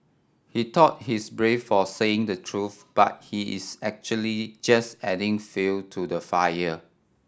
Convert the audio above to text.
he thought he's brave for saying the truth but he is actually just adding fuel to the fire